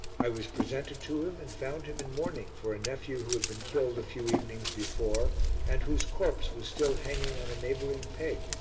i was presented to him, and found him in mourning for a nephew who had been killed a few evenings before and whose corpse was still hanging on a neighbouring peg,